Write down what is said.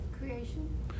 Creation